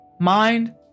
mind